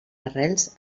arrels